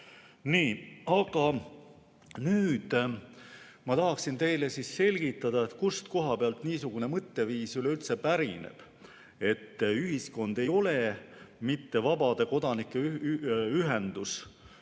Aga nüüd ma tahaksin teile selgitada, kust koha pealt niisugune mõtteviis üleüldse pärineb, et ühiskond ei ole mitte vabade kodanike ühendus,